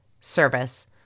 service